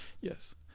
Yes